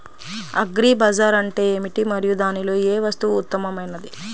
Agri bazaar అంటే ఏమిటి మరియు దానిలో ఏ వస్తువు ఉత్తమమైనది?